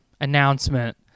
announcement